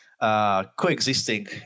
Coexisting